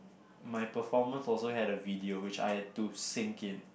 my performance also had a video which I had to sync in